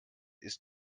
ist